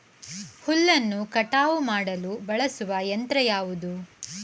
ಹುಲ್ಲನ್ನು ಕಟಾವು ಮಾಡಲು ಬಳಸುವ ಯಂತ್ರ ಯಾವುದು?